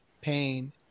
pain